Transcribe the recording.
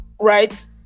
right